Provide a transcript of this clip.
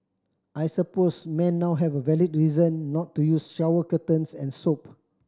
I suppose men now have a valid reason not to use shower curtains and soap